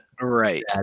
Right